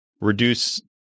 reduce